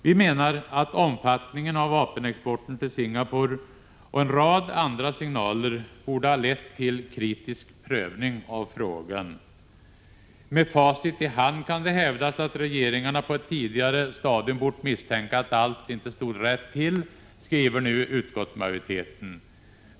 : Vi menar att omfattningen av vapenexporten till Singapore och en rad andra signaler borde ha lett till kritisk prövning av frågan. ”Med facit i hand kan det hävdas att regeringarna på ett tidigare stadium bort misstänka att allt inte stod rätt till.” Så skriver nu utskottsmajoriteten.